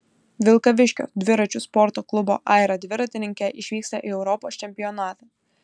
vilkaviškio dviračių sporto klubo aira dviratininkė išvyksta į europos čempionatą